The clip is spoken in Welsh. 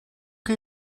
chi